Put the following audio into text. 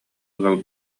ыал